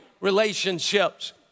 relationships